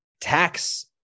tax